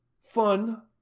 fun